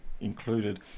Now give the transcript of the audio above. included